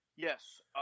Yes